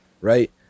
right